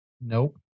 Nope